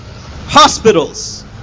hospitals